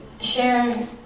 share